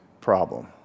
problem